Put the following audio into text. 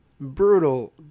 brutal